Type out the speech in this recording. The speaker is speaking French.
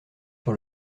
sur